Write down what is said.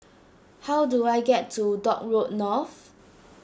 how do I get to Dock Road North